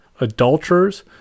adulterers